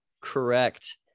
correct